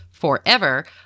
forever